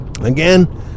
Again